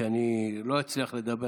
כי אני לא אצליח לדבר.